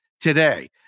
today